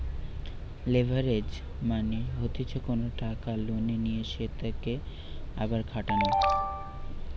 leverage মানে হতিছে কোনো টাকা লোনে নিয়ে সেতকে আবার খাটানো